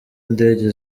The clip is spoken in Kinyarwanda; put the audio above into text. indege